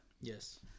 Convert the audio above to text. Yes